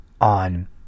on